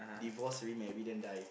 divorce remarry then die